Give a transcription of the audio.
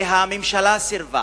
והממשלה סירבה.